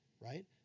right